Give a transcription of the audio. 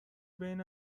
بین